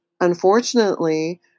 Unfortunately